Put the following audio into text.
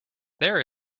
there